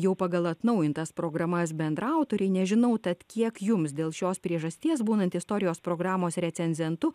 jau pagal atnaujintas programas bendraautoriai nežinau tad kiek jums dėl šios priežasties būnant istorijos programos recenzentu